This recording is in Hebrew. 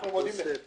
אנחנו מודים לך.